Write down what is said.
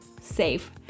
safe